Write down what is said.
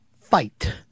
fight